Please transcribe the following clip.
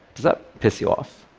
does that piss you off?